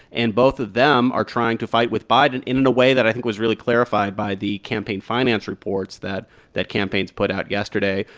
and both of them are trying to fight with biden in in a way that i think was really clarified by the campaign finance reports that that campaigns put out yesterday.